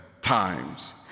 times